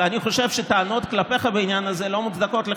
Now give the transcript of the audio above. ואני חושב שהטענות כלפיך בעניין הזה לחלוטין לא מוצדקות.